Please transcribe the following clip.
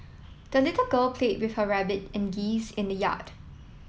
the little girl played with her rabbit and geese in the yard